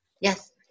Yes